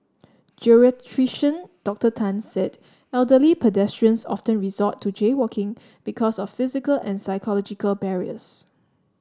Geriatrician Doctor Tan said elderly pedestrians often resort to jaywalking because of physical and psychological barriers